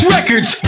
Records